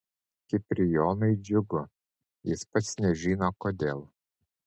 kiprijonui džiugu jis pats nežino kodėl